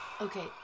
Okay